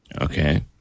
Okay